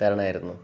തരണമായിരുന്നു